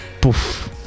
poof